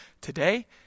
today